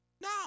No